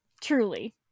Truly